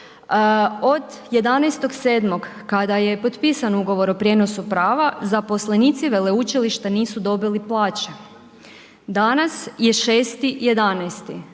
od 11.7. kada je potpisan ugovor o prijenosu prava zaposlenici veleučilišta nisu dobili plaće. Danas je 6.11.,